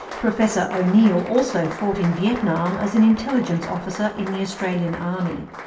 professor o'neill also fought in vietnam as an intelligence officer in the australian army.